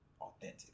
authentic